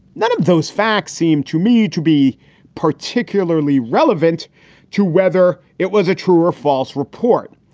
none of those facts seem to me to be particularly relevant to whether it was a true or false report.